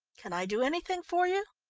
can i do anything for you?